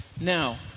Now